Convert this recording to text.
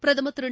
பிரதமர் திரு